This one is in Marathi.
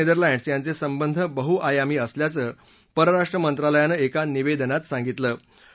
भारत आणि नेदरलँड्स यांचे संबंध बहुआयामी असल्याचं परराष्ट्र मंत्रालयानं एका निवेदनात सांगितलं